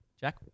Jack